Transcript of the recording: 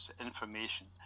information